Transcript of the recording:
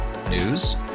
News